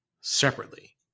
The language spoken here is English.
separately